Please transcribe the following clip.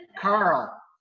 Carl